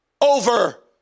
over